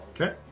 Okay